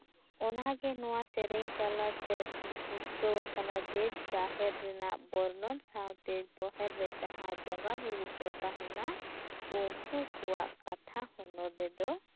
ᱚᱱᱟᱜᱮ ᱱᱚᱶᱟ ᱥᱮᱨᱮᱧ ᱛᱟᱞᱟᱛᱮ ᱯᱩᱥᱴᱟᱹᱣ ᱟᱠᱟᱱᱟᱡᱮ ᱡᱟᱦᱮᱨ ᱨᱮᱱᱟᱜ ᱵᱚᱨᱱᱚᱱ ᱥᱟᱶᱛᱮ ᱡᱟᱦᱮᱨ ᱨᱮ ᱡᱟᱦᱟᱸᱭ ᱵᱚᱸᱜᱟ ᱵᱩᱨᱩ ᱠᱚ ᱛᱟᱦᱮᱱᱟ ᱩᱱᱠᱩᱠᱚᱣᱟᱜ ᱠᱟᱛᱷᱟᱦᱚᱸ ᱱᱚᱰᱮ ᱫᱚ